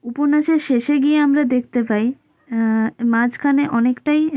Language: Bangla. উপন্যাসের শেষে গিয়ে আমরা দেখতে পাই মাঝখানে অনেকটাই